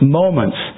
moments